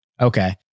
Okay